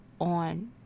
on